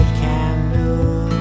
candle